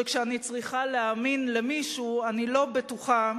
שכשאני צריכה להאמין למישהו אני לא בטוחה